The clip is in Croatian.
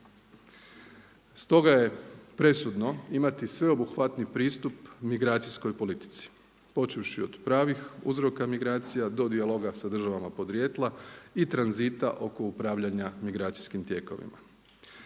Stoga je presudno imati sveobuhvatni pristup migracijskoj politici počevši od pravih uzroka migracija do dijaloga sa državama podrijetla i tranzita oko upravljanja migracijskim tijekovima.